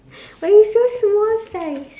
but you so small size